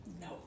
No